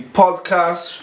podcast